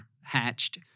hatched